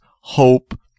hope